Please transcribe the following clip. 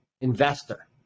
investor